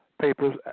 papers